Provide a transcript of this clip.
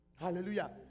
Hallelujah